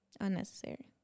unnecessary